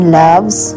loves